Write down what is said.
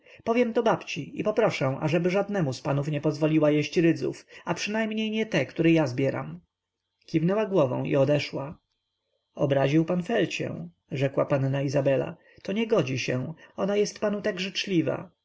powiem to babci i poproszę ażeby żadnemu z panów nie pozwoliła jeść rydzów a przynajmniej nie te które ja zbieram kiwnęła głową i odeszła obraził pan felcię rzekła panna izabela to nie godzi się ona jest panu tak życzliwa